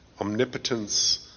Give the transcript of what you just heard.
omnipotence